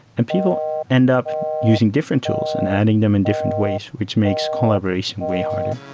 and people end up using different tools and adding them in different ways which makes collaboration way harder.